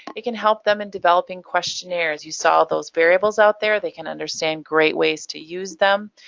it can help them in developing questionnaires. you saw those variables out there, they can understand great ways to use them,